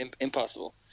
Impossible